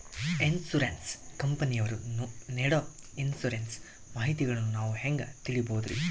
Insurance ಕಂಪನಿಯವರು ನೇಡೊ insurance ಮಾಹಿತಿಗಳನ್ನು ನಾವು ಹೆಂಗ ತಿಳಿಬಹುದ್ರಿ?